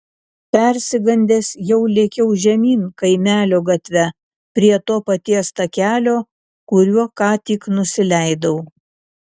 persigandęs jau lėkiau žemyn kaimelio gatve prie to paties takelio kuriuo ką tik nusileidau